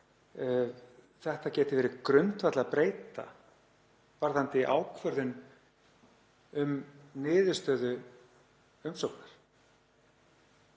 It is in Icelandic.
þetta geti verið grundvallarbreyta varðandi ákvörðun um niðurstöðu umsóknar.